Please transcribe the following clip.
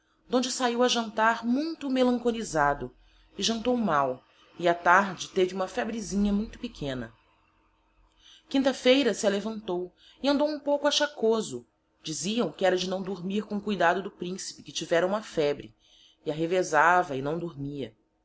donde sahio a jantar muito melenconisado e jantou mal e á tarde teve huma febrezinha muito pequena quinta feira se alevantou e andou hum pouco achacoso diziaõ que era de naõ dormir com cuidado do principe que tivera huma febre e arrevesava e naõ dormia